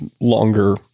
longer